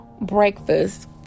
breakfast